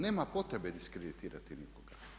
Nema potrebe diskreditirati nikoga.